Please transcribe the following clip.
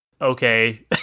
okay